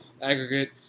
aggregate